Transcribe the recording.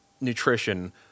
nutrition